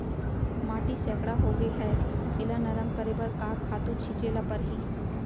माटी सैकड़ा होगे है एला नरम करे बर का खातू छिंचे ल परहि?